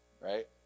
right